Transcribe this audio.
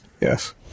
Yes